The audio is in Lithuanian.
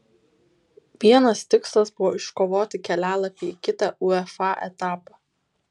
vienas tikslas buvo iškovoti kelialapį į kitą uefa etapą